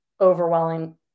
overwhelming